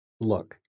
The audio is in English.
Look